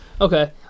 Okay